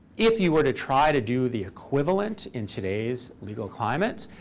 if you were to try to do the equivalent in today's legal climate,